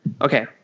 Okay